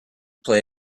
play